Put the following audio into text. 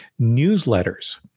newsletters